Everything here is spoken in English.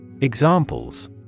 Examples